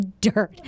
dirt